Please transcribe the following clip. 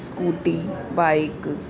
scooty bike